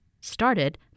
started